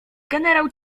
generał